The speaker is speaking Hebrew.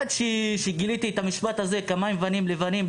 עד שגיליתי את המשפט: "כמים הפנים לפנים,